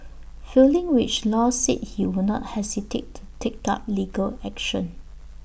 failing which law said he would not hesitate to take up legal action